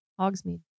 Hogsmeade